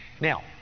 Now